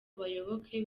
bayoboke